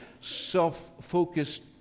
self-focused